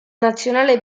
nazionale